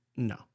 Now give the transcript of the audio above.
No